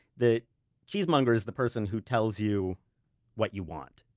the cheesemonger is the person who tells you what you want.